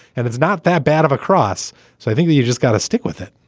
and it's not that bad of a cross. so i think that you just got to stick with it.